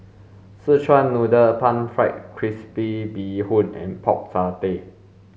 szechuan noodle pan fried crispy bee hoon and pork satay